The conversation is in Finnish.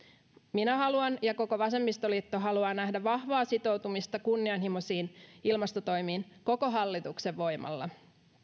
minä haluan ja koko vasemmistoliitto haluaa nähdä vahvaa sitoutumista kunnianhimoisiin ilmastotoimiin koko hallituksen voimalla